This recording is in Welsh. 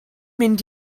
mynd